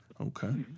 okay